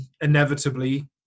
inevitably